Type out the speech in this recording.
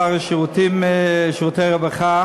השר לשירותי רווחה